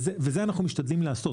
ואת זה אנחנו משתדלים לעשות.